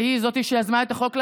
שהיא שיזמה את החוק ראשונה.